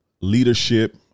leadership